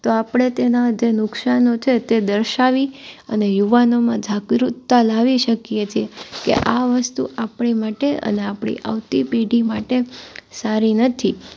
તો આપણે તેનાં જ નુક્સાનો છે તે દર્શાવી અને યુવાનોમાં જાગૃતતા લાવી શકીએ છીએ કે આ વસ્તુ આપણી માટે અને આપણી આવતી પેઢી માટે સારી નથી